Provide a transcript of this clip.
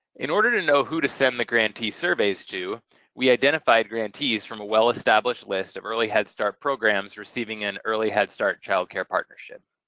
in order to know who to send the grantee surveys to we identified grantees from a well-established list of early head start programs receiving an early head start child care partnership.